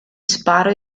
sparo